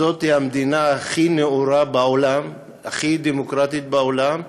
זאת המדינה הכי נאורה בעולם, הכי דמוקרטית בעולם,